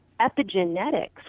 epigenetics